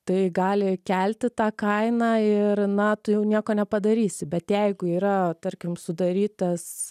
tai gali kelti tą kainą ir na tu jau nieko nepadarysi bet jeigu yra tarkim sudarytas